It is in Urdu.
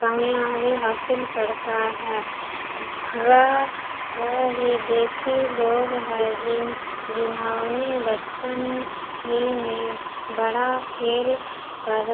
کامیابی حاصل کرتا ہے وہ وہ ہی دیسی لوگ ہیں جن جنہوں نے بچپن ہی میں بڑا کھیل پر